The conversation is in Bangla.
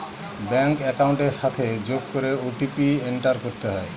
ব্যাঙ্ক একাউন্টের সাথে যোগ করে ও.টি.পি এন্টার করতে হয়